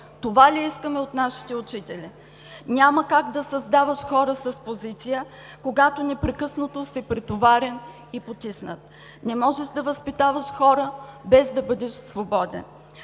Това ли искаме от нашите учители? Няма как да създаваш хора с позиция, когато непрекъснато си претоварен и подтиснат! Не можеш да възпитаваш хора без да бъдеш свободен!